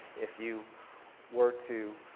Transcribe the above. if you were to